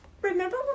remember